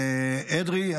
אדרי,